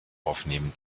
aufnehmen